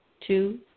two